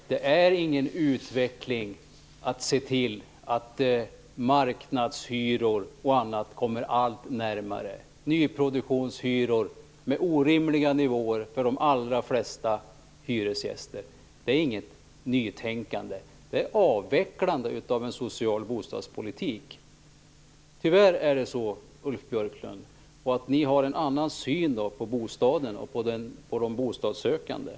Fru talman! Nej, det är inte utveckling att se till att marknadshyror och annat kommer allt närmare. Det blir nyproduktionshyror med orimliga nivåer för de allra flesta hyresgäster. Det är inget nytänkande. Det är ett avvecklande av en social bostadspolitik. Tyvärr har ni, Ulf Björklund, en annan syn på bostaden och på de bostadssökande.